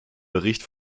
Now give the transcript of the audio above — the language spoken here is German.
bericht